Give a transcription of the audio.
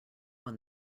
when